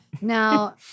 now